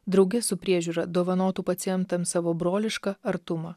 drauge su priežiūra dovanotų pacientams savo brolišką artumą